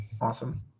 Awesome